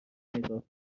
نگاه